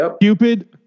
Cupid